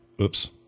Oops